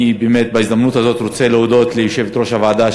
בהזדמנות הזאת אני רוצה להודות ליושבת-ראש הוועדה,